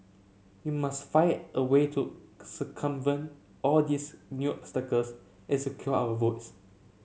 we must find a way to circumvent all these new obstacles and secure our votes